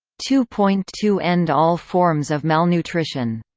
two point two end all forms of malnutrition.